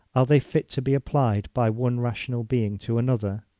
are they fit to be applied by one rational being to another?